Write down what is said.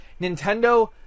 Nintendo